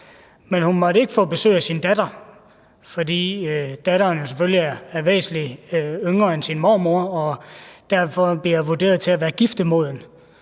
men hun måtte ikke få besøg af sin datter, fordi datteren selvfølgelig er væsentlig yngre end sin mormor og derfor bliver vurderet til at være giftemoden,